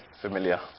familiar